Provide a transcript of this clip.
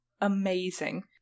amazing